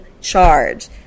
charge